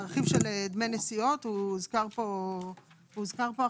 ברכיב של דמי נסיעות, רכיב שהוזכר כאן עכשיו.